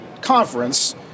conference